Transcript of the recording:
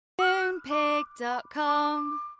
Moonpig.com